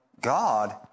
God